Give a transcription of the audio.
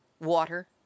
water